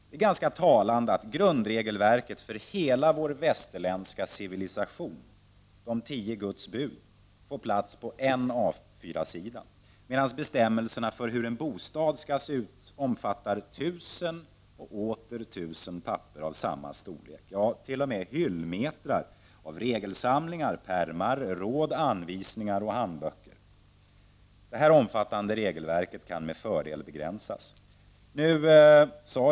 Det är ganska talande att grundregelverket för hela vår västerländska civilisation, tio Guds bud, får plats på en A4-sida, medan bestämmelserna för hur en bostad skall se ut omfattar tusen och åter tusen papper av samma storlek, ja t.o.m. hyllmetrar av regelsamlingar, pärmar, råd, anvisningar och handböcker. Detta omfattande regelverk kan med fördel begränsas.